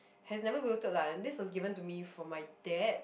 has never wilted lah and this was given to me from my dad